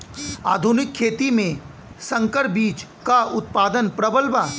आधुनिक खेती में संकर बीज क उतपादन प्रबल बा